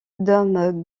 dom